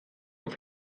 auf